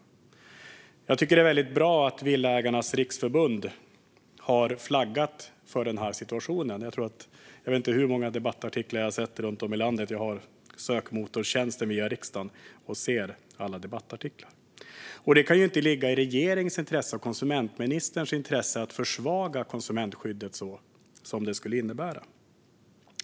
Jag tycker att det är väldigt bra att Villaägarnas Riksförbund har flaggat för denna situation. Jag vet inte hur många debattartiklar jag sett från platser runt om i landet. Jag använder riksdagens sökmotortjänst och kan se alla debattartiklar. Det kan ju inte ligga i regeringens och konsumentministerns intresse att försvaga konsumentskyddet på det sätt som det här skulle innebära.